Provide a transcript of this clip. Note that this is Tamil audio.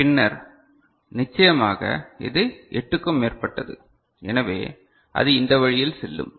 பின்னர் நிச்சயமாக அது 8 க்கும் மேற்பட்டது எனவே அது இந்த வழியில் செல்லும்